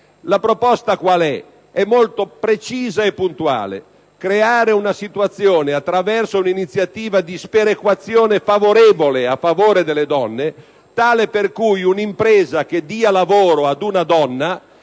proposta è molto precisa e puntuale: creare una situazione, attraverso un'iniziativa di sperequazione favorevole alle donne, tale per cui un'impresa che dia lavoro ad una donna